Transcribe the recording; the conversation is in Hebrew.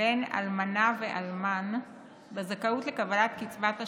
בין אלמנה ואלמן בזכאות לקבלת קצבת השאירים,